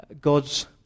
God's